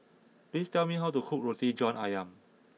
please tell me how to cook Roti John Ayam